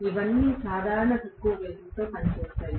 ఇవన్నీ సాధారణంగా తక్కువ వేగంతో పనిచేస్తాయి